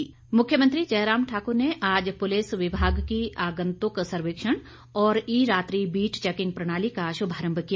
मुख्यमंत्री मुख्यमंत्री जयराम ठाकुर ने आज पुलिस विभाग की आंगतुक सर्वेक्षण और ई रात्रि बीट चैकिंग प्रणाली का शुभारम्भ किया